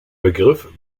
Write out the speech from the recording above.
begriff